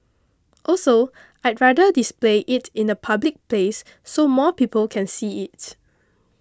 also I'd rather display it in a public place so more people can see it